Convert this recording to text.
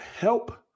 help